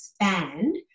expand